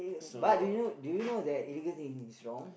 but do you do you know that even in is wrong